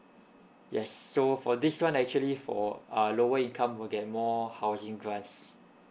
yes so for this one actually for uh lower income will get more housing grants